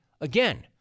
Again